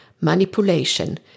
manipulation